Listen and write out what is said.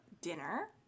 dinner